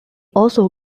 also